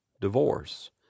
divorce